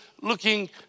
looking